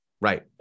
Right